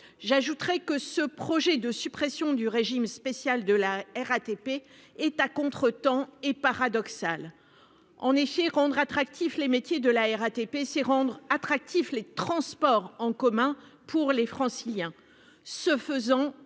En outre, le projet de suppression du régime spécial de la RATP est à contretemps et paradoxal. En effet, rendre attractifs les métiers de la RATP, c'est rendre attractifs les transports en commun pour les Franciliens.